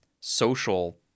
social